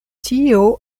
tio